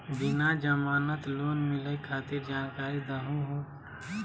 बिना जमानत लोन मिलई खातिर जानकारी दहु हो?